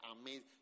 amazing